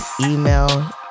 email